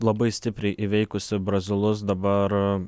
labai stipriai įveikusi brazilus dabar